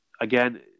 again